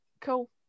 cool